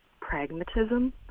pragmatism